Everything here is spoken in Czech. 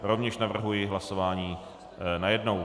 Rovněž navrhuji hlasování najednou.